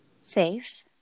safe